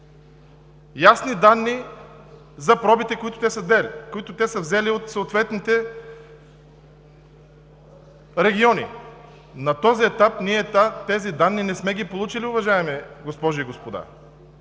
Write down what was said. ясни данни за пробите, които са взели от съответните региони. На този етап тези данни не сме ги получили, уважаеми дами и господа.